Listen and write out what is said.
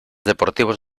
deportivos